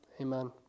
Amen